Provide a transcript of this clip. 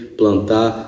plantar